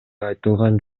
айтылган